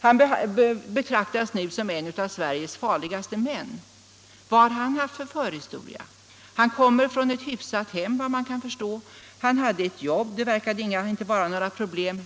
Han betraktas nu som en av Sveriges farligaste män. Vad har han haft för förhistoria? Jo, han kommer såvitt man kan förstå från ett hyfsat hem, han hade ett jobb och det verkade inte vara några problem.